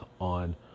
on